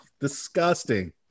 disgusting